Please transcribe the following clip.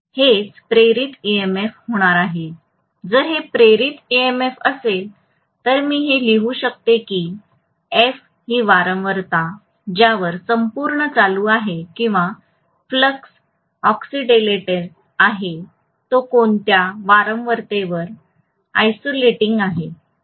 जर हे प्रेरित ईएमएफ असेल तर मी हे लिहू शकतो की एफ ही वारंवारता ज्यावर संपूर्ण चालू आहे किंवा फ्लक्स ऑक्सिलेटेड आहे तो कोणत्या वारंवारतेवर ओसीलेटिंग आहे